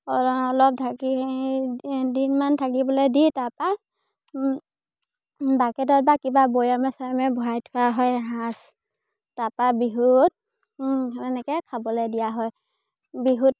অলপ অলপ ঢাকি এদিনমান থাকিবলৈ দি তাৰপৰা বাকেটত বা কিবা বৈয়ামে চৰাইমে ভৰাই থোৱা হয় সাজ তাৰপৰা বিহুত এনেকৈ খাবলৈ দিয়া হয় বিহুত